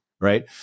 right